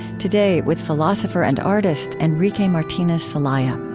today with philosopher and artist enrique martinez celaya